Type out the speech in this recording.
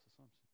assumption